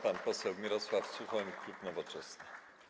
Pan poseł Mirosław Suchoń, klub Nowoczesna.